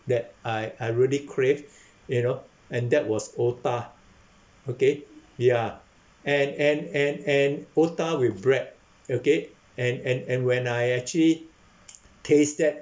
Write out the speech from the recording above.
that I I really crave you know and that was otah okay ya and and and and otah with bread okay and and and when I actually taste that